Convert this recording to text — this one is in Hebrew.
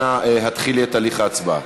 אנא התחילי את הליך ההצבעה.